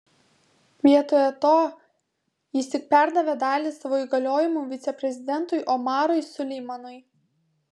vietoje to jis tik perdavė dalį savo įgaliojimų viceprezidentui omarui suleimanui